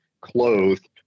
clothed